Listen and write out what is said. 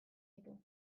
ditu